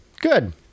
Good